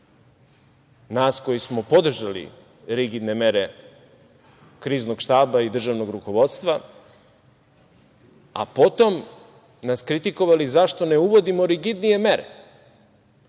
nas koji smo podržali rigidne mere Kriznog štaba i državnog rukovodstva, a potom nas kritikovali zašto ne uvodimo rigidnije mere.